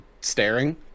staring